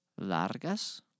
Largas